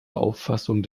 auffassung